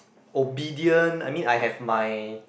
obedient I mean I have my